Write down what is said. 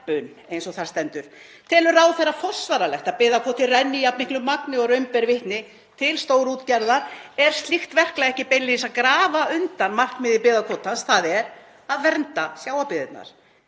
eins og þar stendur. Telur ráðherra forsvaranlegt að byggðakvóti renni í jafn miklu magni og raun ber vitni til stórútgerðar? Er slíkt verklag ekki beinlínis að grafa undan markmiði byggðakvótans, þ.e. að vernda sjávarbyggðirnar?